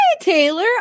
Taylor